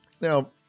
Now